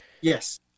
Yes